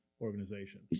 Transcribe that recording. organization